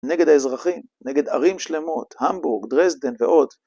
נגד האזרחים, נגד ערים שלמות, המבורג, דרזדן ועוד.